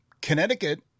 Connecticut